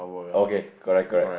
okay correct correct